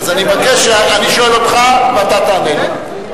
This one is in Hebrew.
אז אני שואל אותך ואתה תענה לי.